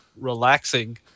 relaxing